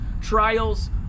trials